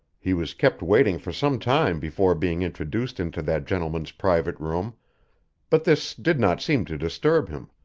he was kept waiting for some time before being introduced into that gentleman's private room but this did not seem to disturb him.